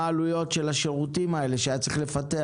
מה העלויות של השירותים שהיה צריך לפתח?